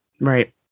Right